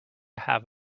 have